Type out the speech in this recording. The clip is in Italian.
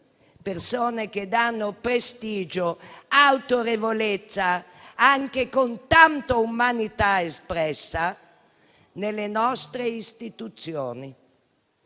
persone che danno prestigio e autorevolezza, anche con tanta umanità espressa nelle nostre istituzioni,